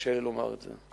קשה לי לומר את זה.